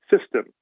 system